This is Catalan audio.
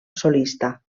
solista